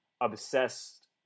obsessed